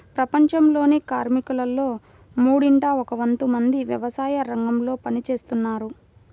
ప్రపంచంలోని కార్మికులలో మూడింట ఒక వంతు మంది వ్యవసాయరంగంలో పని చేస్తున్నారు